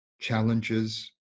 challenges